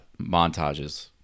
montages